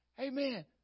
Amen